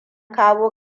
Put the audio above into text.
kawo